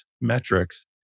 metrics